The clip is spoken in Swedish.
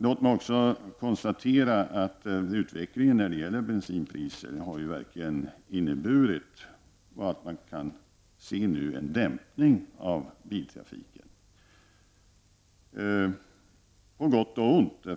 Låt mig konstatera att utvecklingen när det gäller bensinpriser verkligen har inneburit att man nu kan se en dämpning av biltrafiken -- på gott och ont.